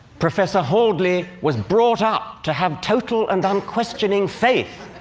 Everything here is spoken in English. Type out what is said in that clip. professor hordley was brought up to have total and unquestioning faith